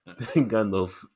Gandalf